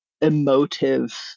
emotive